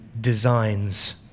designs